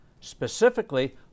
Specifically